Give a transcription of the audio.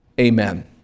Amen